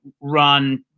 run